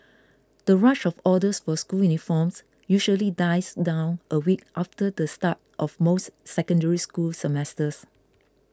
the rush of orders for school uniforms usually dies down a week after the start of most Secondary School semesters